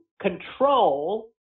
control